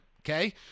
okay